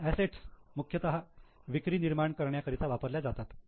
आता असेट्स मुख्यतः विक्री निर्माण करण्याकरिता वापरल्या जातात